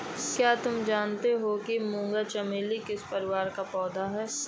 क्या तुम जानते हो कि मूंगा चमेली किस परिवार का पौधा है?